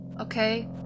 okay